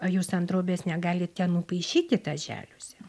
jūs ant drobės negalite nupaišyti tą želiuzę